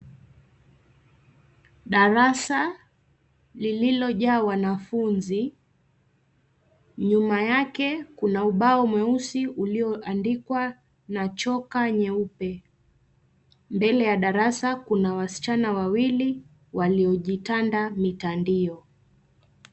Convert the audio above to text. Darasa lilojaa wanafunzi. Nyuma yake kuna ubao mweusi ulioandikwa na choka nyeupe. Mbele ya darasa kuna wasichana wawili waiojitanda mitandio.